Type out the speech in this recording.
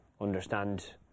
understand